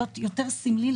יותר סמלי,